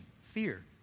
fear